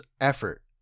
effort